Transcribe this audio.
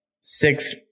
six